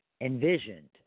envisioned